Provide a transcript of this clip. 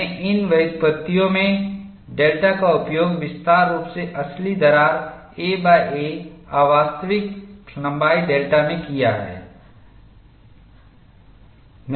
मैंने इन व्युत्पत्तियों में डेल्टा का उपयोग विस्तार रूप से असली दरार aa अवास्तविक लंबाई डेल्टा में किया है